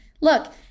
Look